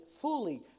fully